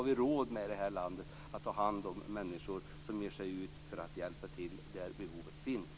Vi i det här landet har råd att ta hand om människor som ger sig ut för att hjälpa till där behoven finns.